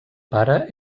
pare